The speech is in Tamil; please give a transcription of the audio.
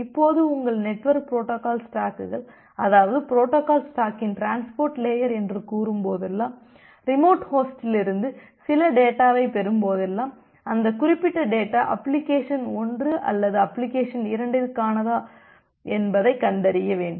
இப்போது உங்கள் நெட்வொர்க் புரோட்டோகால் ஸ்டாக்குகள் அதாவது புரோட்டோகால் ஸ்டாக்கின் டிரான்ஸ்போர்ட் லேயர் என்று கூறும்போதெல்லாம் ரிமோட் ஹோஸ்டிலிருந்து சில டேட்டாவைப் பெறும்போதெல்லாம் அந்த குறிப்பிட்ட டேட்டா அப்ளிகேஷன் 1 அல்லது அப்ளிகேஷன் 2ற்கானதா என்பதைக் கண்டறிய வேண்டும்